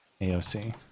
AOC